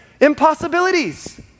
impossibilities